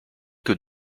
que